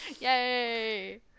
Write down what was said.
Yay